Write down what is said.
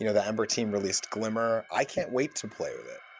you know the ember team released glimmer. i can't wait to play with it.